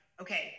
okay